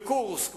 בקורסק,